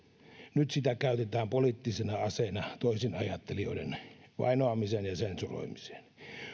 nyt sitä käytetään poliittisena aseena toisinajattelijoiden vainoamiseen ja sensuroimiseen